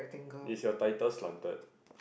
is your title slanted